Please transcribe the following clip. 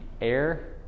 air